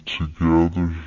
together